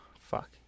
Fuck